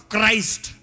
Christ